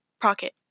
pocket